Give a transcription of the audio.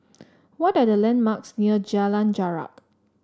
what are the landmarks near Jalan Jarak